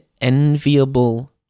enviable